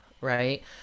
right